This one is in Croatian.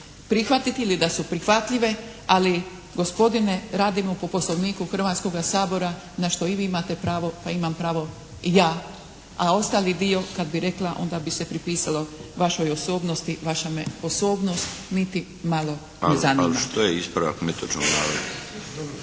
prihvatiti ili da su prihvatljive, ali gospodine radimo po Poslovniku Hrvatskoga sabora na što i vi imate pravo, pa imam pravo i ja, a ostali dio kad bih rekla onda bi se pripisalo vašoj osobnosti, vaša me osobnost niti malo ne zanima. **Milinović, Darko (HDZ)** A što